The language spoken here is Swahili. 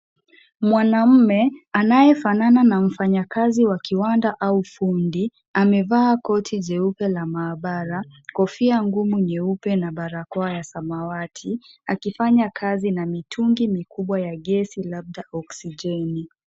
Mwanamme, anayefanana na mfanyakazi wa kiwanda au fundi, amevaa koti jeupe la mahabara, kofia ngumu nyeupe na barakoa ya samawati, akifanya kazi na mitungi mikubwa ya gesi, labda oksijeni.